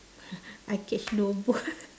I catch no ball